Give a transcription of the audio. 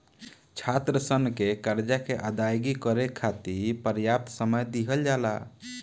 छात्रसन के करजा के अदायगी करे खाति परयाप्त समय दिहल जाला